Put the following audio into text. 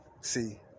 See